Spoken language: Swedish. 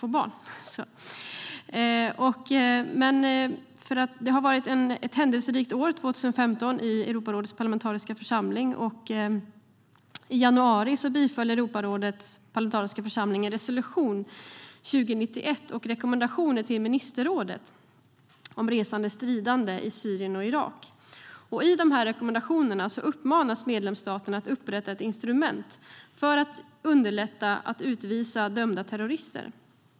År 2015 har varit ett händelserikt år i Europarådets parlamentariska församling. I januari biföll församlingen resolution 2091 och rekommendationer till ministerrådet om resande stridande i Syrien och Irak. I rekommendationerna uppmanas medlemsstaterna att upprätta instrument för att underlätta utvisning av dömda terrorister.